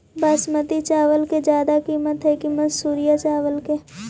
बासमती चावल के ज्यादा किमत है कि मनसुरिया चावल के?